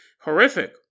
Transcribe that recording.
Horrific